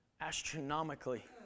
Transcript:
Astronomically